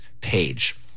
page